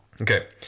Okay